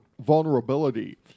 vulnerability